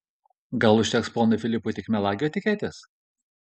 gal užteks ponui filipui tik melagio etiketės